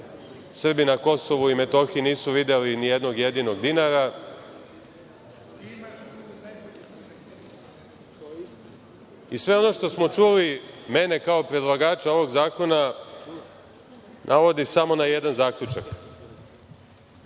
Srbi na KiM nisu videli ni jednog jedinog dinara. Sve ono što smo čuli, mene kao predlagača ovog zakona navodi samo na jedan zaključak.